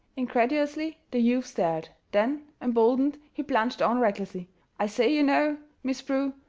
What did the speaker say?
incredulously the youth stared then, emboldened, he plunged on recklessly i say, you know, miss prue,